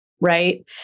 right